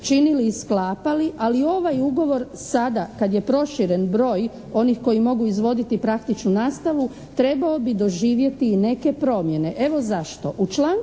činili i sklapali, ali ovaj ugovor sada kad je proširen broj onih koji mogu izvoditi praktičnu nastavu trebao bi doživjeti i neke promjene. Evo zašto? U članku